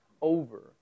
over